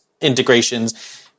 integrations